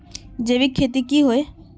जैविक खेती की होय?